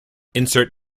insert